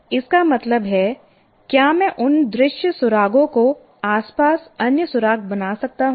इसका मतलब है क्या मैं उन दृश्य सुरागों के आसपास अन्य सुराग बना सकता हूं